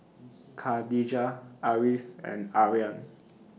Khadija Ariff and Aryan